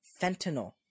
fentanyl